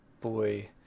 boy